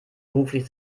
beruflich